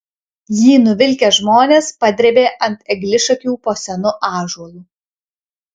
jį nuvilkę žmonės padrėbė ant eglišakių po senu ąžuolu